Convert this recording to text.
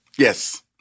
Yes